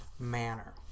manner